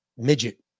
Midget